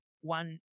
one